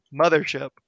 mothership